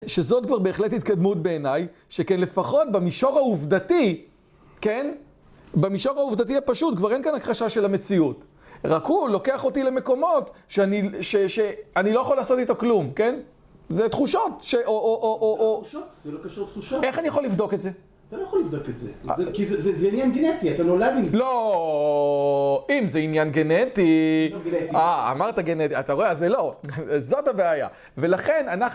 שזאת כבר בהחלט התקדמות בעיניי, שכן לפחות במישור העובדתי, כן? במישור העובדתי הפשוט כבר אין כאן הכחשה של המציאות. רק הוא לוקח אותי למקומות שאני לא יכול לעשות איתו כלום, כן? זה תחושות ש... איך אני יכול לבדוק את זה? אתה לא יכול לבדוק את זה. כי זה עניין גנטי, אתה נולד עם זה. לא... אם זה עניין גנטי... אה, אמרת גנטי. אתה רואה, אז זה לא. זאת הבעיה. ולכן אנחנו...